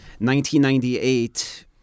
1998